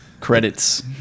Credits